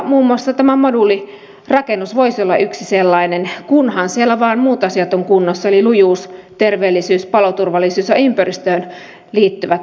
muun muassa tämä moduulirakennus voisi olla yksi sellainen kunhan siellä vain muut asiat ovat kunnossa eli lujuus terveellisyys paloturvallisuus ja ympäristöön liittyvät vaatimukset